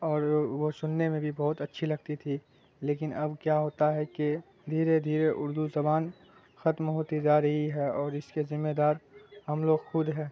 اور وہ سننے میں بھی بہت اچھی لگتی تھی لیکن اب کیا ہوتا ہے کہ دھیرے دھیرے اردو زبان ختم ہوتی جا رہی ہے اور اس کے ذمہ دار ہم لوگ خود ہیں